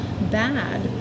bad